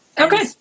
okay